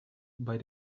bei